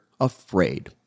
afraid